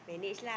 yeah